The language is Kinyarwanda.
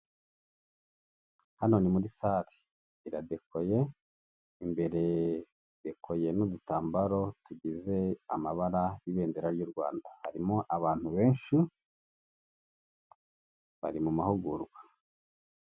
Hano ni muri salle iradekoye, imbere edekoye n'udutambaro tugize amabara y'ibendera ry'u Rwanda harimo abantu benshi bari mu mahugurwa.